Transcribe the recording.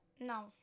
No